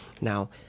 Now